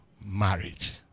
marriage